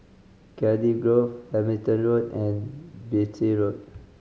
Cardiff Grove Hamilton Road and Beatty Road